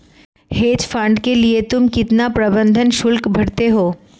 Hedge fund के लिए तुम कितना प्रबंधन शुल्क भरते हो?